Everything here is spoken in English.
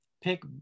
pick